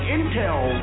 Intel